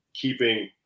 keeping